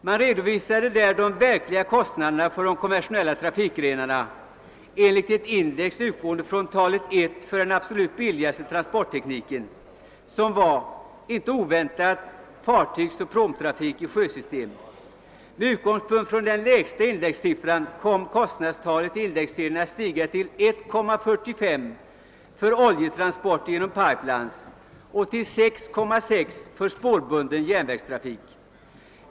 Man redovisade där de verkliga kostnaderna för de konventionella trafikgrenarna enligt ett index utgående från talet 1 för den absolut billigaste transporttekniken, som var — inte oväntat — fartygsoch pråmtrafik i sjösystemen. Med utgångspunkt från den lägsta indexsiffran kom kostnadstalet i indexserien att stiga till 1,45 för oljetransport genom pipelines och till 6,6 för spårbunden järnvägsdrift.